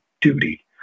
duty